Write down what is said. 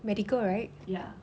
medical right